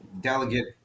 delegate